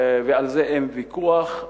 ועל זה אין ויכוח.